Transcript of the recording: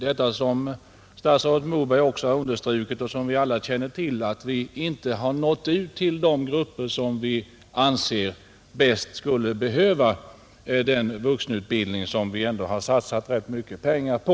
Det är ju så, som statsrådet Moberg också har understrukit och som vi alla känner till, att vi har inte nått ut till de grupper som vi anser bäst skulle behöva den vuxenutbildning som vi ändå har satsat rätt mycket pengar på.